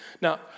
Now